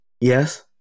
yes